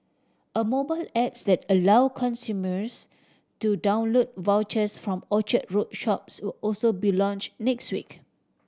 a mobile app that allow consumers to download vouchers from Orchard Road shops will also be launch next week